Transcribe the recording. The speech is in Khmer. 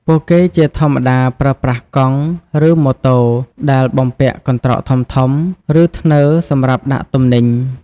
ពួកគេជាធម្មតាប្រើប្រាស់កង់ ឬម៉ូតូដែលបំពាក់កន្ត្រកធំៗ ឬធ្នើរសម្រាប់ដាក់ទំនិញ។